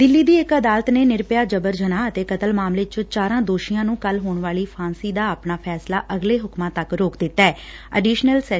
ਦਿੱਲੀ ਦੀ ਇਕ ਅਦਾਲਤ ਨੇ ਨਿਰਭਇਆ ਜਬਰ ਜਨਾਹ ਅਤੇ ਕਤਲ ਮਾਮਲੇ ਚ ਚਾਰਾਂ ਦੋਸ਼ੀਆਂ ਨੂੰ ਕੱਲੂ ਹੋਣ ਵਾਲੀ ਫਾਂਸੀ ਦਾ ਆਪਣਾ ਫੈਸਲਾ ਅਗਲੇ ਹੁਕਮਾਂ ਤੱਕ ਰੋਕ ਦਿੱਤੈ